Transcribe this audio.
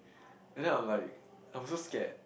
and then I'm like I was so scared